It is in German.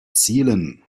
zielen